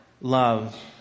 love